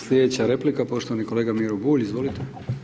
Slijedeća replika poštovani kolega Miro Bulj, izvolite.